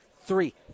three